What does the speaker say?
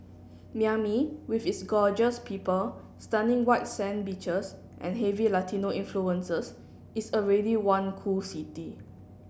Miami with its gorgeous people stunning white sand beaches and heavy Latino influences is already one cool city